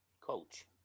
coach